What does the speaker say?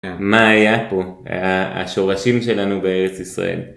מה היה פה? השורשים שלנו בארץ ישראל.